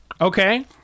okay